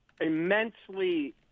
immensely